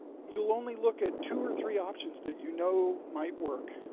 you'll only look at two or three options that you know might work,